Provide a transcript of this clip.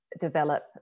develop